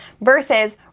versus